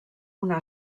una